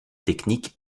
technique